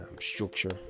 structure